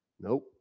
Nope